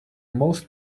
most